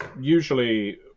usually